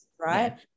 Right